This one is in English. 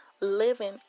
living